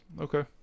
okay